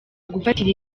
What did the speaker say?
gufatira